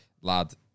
lad